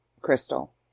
Crystal